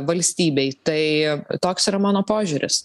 valstybei tai toks yra mano požiūris